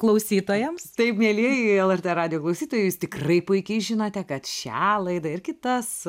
klausytojams taip mielieji lrt radijo klausytojai jūs tikrai puikiai žinote kad šią laidą ir kitas